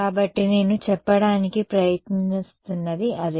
కాబట్టి నేను చెప్పడానికి ప్రయత్నిస్తున్నది అదే